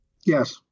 Yes